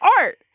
art